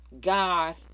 God